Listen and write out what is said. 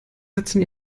setzen